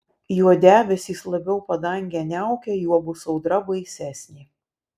juo debesys labiau padangę niaukia juo bus audra baisesnė